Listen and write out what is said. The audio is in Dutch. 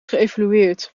geëvolueerd